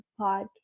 podcast